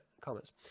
comments